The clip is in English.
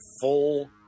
full